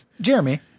Jeremy